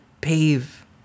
pave